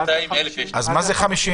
אז מה זה 50?